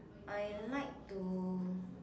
I like to